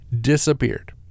Disappeared